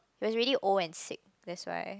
it was really old and sick that's why